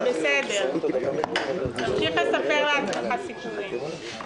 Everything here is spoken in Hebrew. בסדר, תמשיך לספר לעצמך סיפורים.